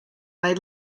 may